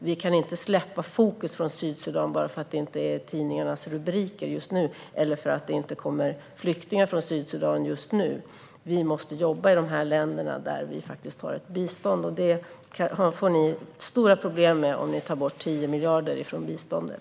Vi kan inte släppa fokus på Sydsudan bara för att det inte står med i tidningarnas rubriker eller för att det inte kommer flyktingar därifrån just nu. Vi måste jobba i de länder där vi har ett bistånd. Det får ni stora problem med om ni tar bort 10 miljarder från biståndet.